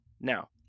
Now